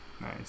Nice